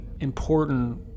important